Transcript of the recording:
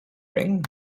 ring